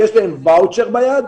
יש להם ואוצ'ר ביד,